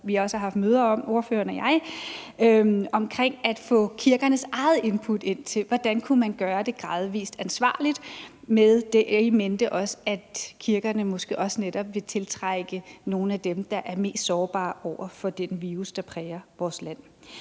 vi også har haft møder om, ordføreren og jeg, om at få kirkernes eget input til, hvordan man kunne gøre det gradvist og ansvarligt, også med det in mente, at kirkerne måske også netop vil tiltrække nogle af dem, der er mest sårbare over for den virus, der præger vores land.